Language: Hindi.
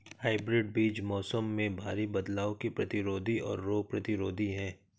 हाइब्रिड बीज मौसम में भारी बदलाव के प्रतिरोधी और रोग प्रतिरोधी हैं